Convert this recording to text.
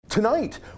Tonight